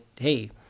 hey